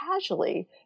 casually